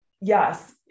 yes